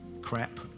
crap